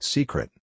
Secret